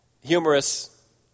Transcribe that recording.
Humorous